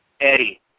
Eddie